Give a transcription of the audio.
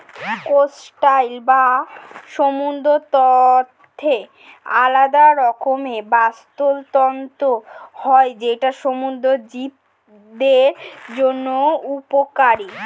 coastal বা সমুদ্র তটের আলাদা রকমের বাস্তুতন্ত্র হয় যেটা সমুদ্র জীবদের জন্য উপকারী